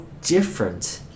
different –